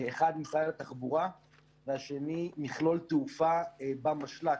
משרד התחבורה ומכלול תעופה במשל"ט,